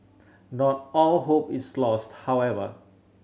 not all hope is lost however